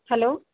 hello